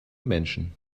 menschen